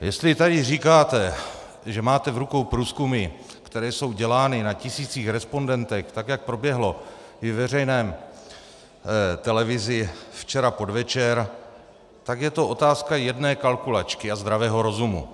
Jestli tady říkáte, že máte v rukou průzkumy, které jsou dělány na tisících respondentech, tak jak proběhlo ve veřejné televizi včera v podvečer, tak je to otázka jedné kalkulačky a zdravého rozumu.